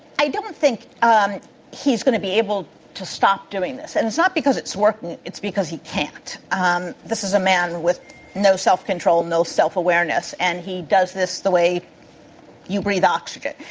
i don't think um he's going to be able to stop doing this and it's not because it's working, it's because he can't. um this is a man with no self-control, no self-awareness, and he does this the way you breathe oxygen.